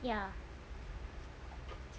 ya